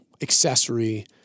accessory